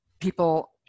people